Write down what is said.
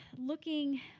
Looking